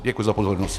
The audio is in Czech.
Děkuji za pozornost.